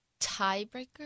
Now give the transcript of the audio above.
tiebreaker